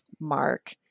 mark